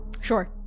Sure